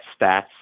stats